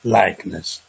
likeness